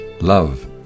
Love